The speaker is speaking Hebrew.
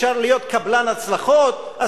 אפשר להיות קבלן הצלחות?